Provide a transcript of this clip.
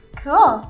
cool